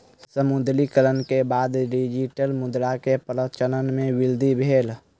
विमुद्रीकरण के बाद डिजिटल मुद्रा के प्रचलन मे वृद्धि भेल